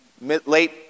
late